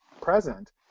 present